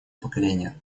поколения